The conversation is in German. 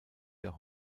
der